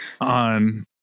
on